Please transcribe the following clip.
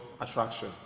attraction